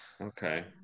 Okay